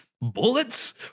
Bullets